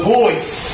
voice